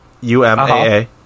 U-M-A-A